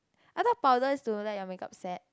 I thought powder is to let your makeup set